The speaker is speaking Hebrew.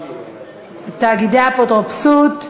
תאגידי האפוטרופסות.